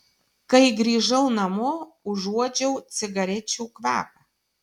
kai grįžau namo užuodžiau cigarečių kvapą